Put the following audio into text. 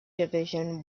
division